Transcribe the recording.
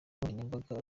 nkoranyambaga